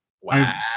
Wow